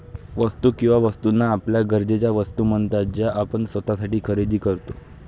वस्तू किंवा वस्तूंना आपल्या गरजेच्या वस्तू म्हणतात ज्या आपण स्वतःसाठी खरेदी करतो